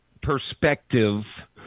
perspective